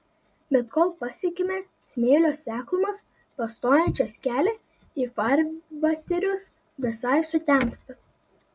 bet kol pasiekiame smėlio seklumas pastojančias kelią į farvaterius visai sutemsta